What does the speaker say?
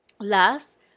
Last